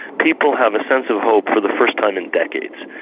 people have a sense of hope for the first time in decades.